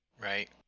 right